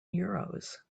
euros